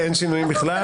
אין שינויים בכלל.